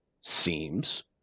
seems